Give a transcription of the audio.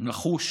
נחוש